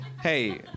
Hey